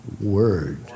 word